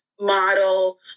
model